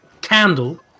Candle